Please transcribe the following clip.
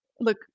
look